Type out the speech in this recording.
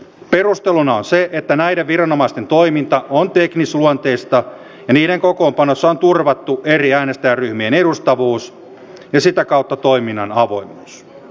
perusteluna on se että näiden viranomaisten toiminta on teknisluonteista ja niiden kokoonpanossa on turvattu eri äänestäjäryhmien edustavuus ja sitä kautta toiminnan avoimuus